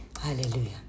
hallelujah